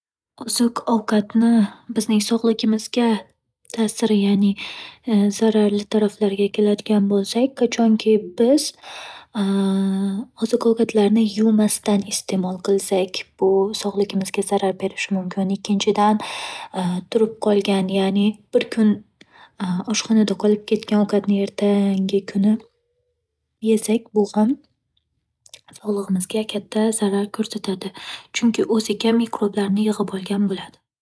Oziq-ovqatni bizning sog'ligimizga ta'siri, ya'ni zararli taraflariga keladigan bo'lsak, qachonki biz oziq-ovqatlarni yuvmasdan iste'mol qilsak, bu sog'ligimizga zarar berishi mumkin. Ikkinchidan, turib qolgan, ya'ni bir kun oshxonada qolib ketgan ovqatni ertangi kuni yesak, bu ham sog'lig'imizga katta zarar ko'rsatadi. Chunki o'ziga mikroblarni yig'ib olgan bo'ladi.